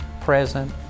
present